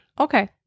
Okay